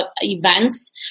events